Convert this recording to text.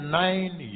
nine